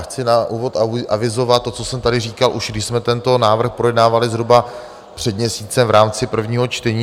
Chci na úvod avizovat to, co jsem tady říkal, už když jsme tento návrh projednávali zhruba před měsícem v rámci prvního čtení.